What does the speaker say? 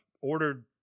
ordered